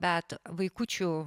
bet vaikučių